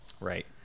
Right